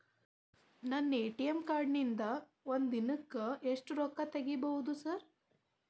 ನನ್ನ ATM card ನಿಂದಾ ಒಂದ್ ದಿಂದಾಗ ಎಷ್ಟ ರೊಕ್ಕಾ ತೆಗಿಬೋದು ಸಾರ್?